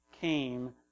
came